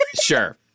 sure